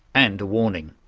and a warning.